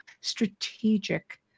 strategic